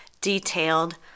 detailed